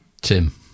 Tim